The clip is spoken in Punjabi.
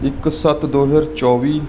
ਇੱਕ ਸੱਤ ਦੋ ਹਜ਼ਾਰ ਚੌਵੀ